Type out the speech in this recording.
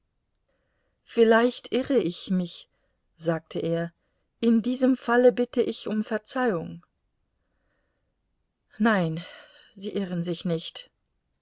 vielleicht irre ich mich sagte er in diesem falle bitte ich um verzeihung nein sie irren sich nicht